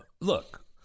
look